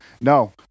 No